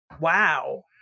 wow